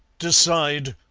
decide!